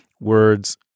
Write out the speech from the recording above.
words